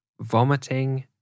vomiting